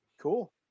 cool